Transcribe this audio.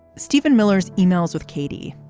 stephen miller's yeah e-mails with katie.